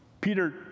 Peter